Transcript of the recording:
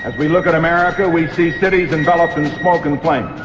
and we look at america we see cities enveloped in smoke and flames.